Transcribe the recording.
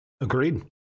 Agreed